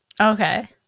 Okay